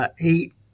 Eight